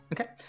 okay